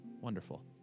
Wonderful